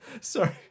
Sorry